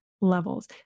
levels